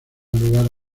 lugar